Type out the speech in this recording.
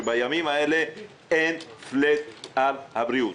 שבימים האלה אין פלאט על הבריאות.